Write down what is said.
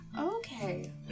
Okay